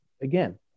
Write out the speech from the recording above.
again